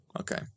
okay